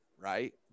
right